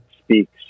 speaks